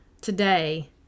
today